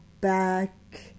back